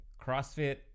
CrossFit